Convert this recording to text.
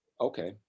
okay